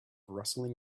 rustling